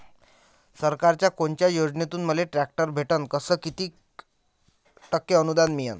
सरकारच्या कोनत्या योजनेतून मले ट्रॅक्टर भेटन अस किती टक्के अनुदान मिळन?